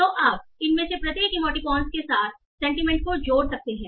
तो आप इनमें से प्रत्येक इमोटिकॉन्स के साथ सेंटीमेंट को जोड़ सकते हैं